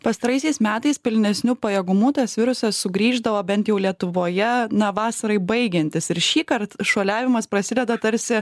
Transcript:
pastaraisiais metais pilnesniu pajėgumu tas virusas sugrįždavo bent jau lietuvoje na vasarai baigiantis ir šįkart šuoliavimas prasideda tarsi